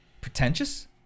pretentious